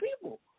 people